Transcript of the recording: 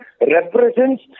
represents